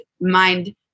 mind –